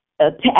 attack